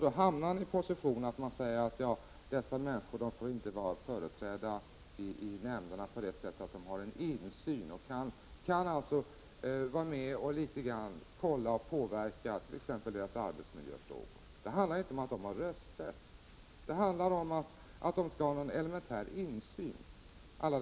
Då hamnar man i den positionen att man säger att dessa människor inte får vara företrädda i nämnderna på det sättet att de har en insyn och alltså kan vara med och påverka t.ex. sin arbetsmiljö. Det handlar inte om att alla dessa människor har rösträtt, utan om att de skall ha en elementär insyn.